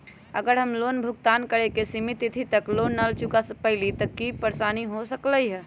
अगर हम लोन भुगतान करे के सिमित तिथि तक लोन न चुका पईली त की की परेशानी हो सकलई ह?